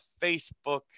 Facebook